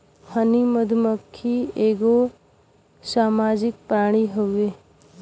हनी मधुमक्खी एगो सामाजिक प्राणी हउवे